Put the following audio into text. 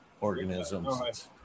organisms